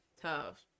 tough